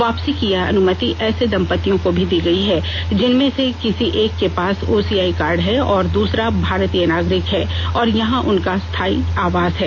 वापसी की यह अनुमति ऐसे दम्पतियों को भी दी गयी है जिनमें से किसी एक के पास ओसीआई कार्ड है और दूसरा भारतीय नागरिक है और यहां उनका स्थायी आवास है